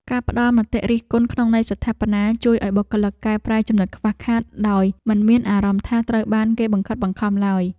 ការផ្តល់មតិរិះគន់ក្នុងន័យស្ថាបនាជួយឱ្យបុគ្គលិកកែប្រែចំណុចខ្វះខាតដោយមិនមានអារម្មណ៍ថាត្រូវបានគេបង្ខិតបង្ខំឡើយ។